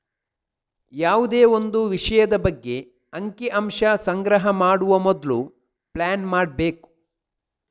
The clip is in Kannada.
ಯಾವುದೇ ಒಂದು ವಿಷಯದ ಬಗ್ಗೆ ಅಂಕಿ ಅಂಶ ಸಂಗ್ರಹ ಮಾಡುವ ಮೊದ್ಲು ಪ್ಲಾನ್ ಮಾಡ್ಬೇಕು